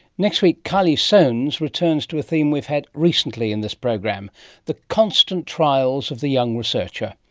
next week, kylie soanes returns to a theme we've had recently in this program the constant trials of the young researcher.